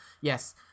yes